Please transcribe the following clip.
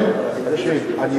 מודה לך, אדוני, לא.